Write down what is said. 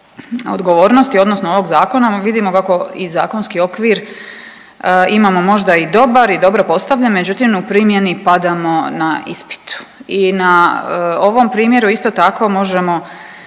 odgovornosti, odnosno ovog zakona vidimo kako i zakonski okvir imamo možda i dobra i dobro postavljen, međutim u primjeni padamo na ispitu. I na ovom primjeru isto tako možemo